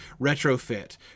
retrofit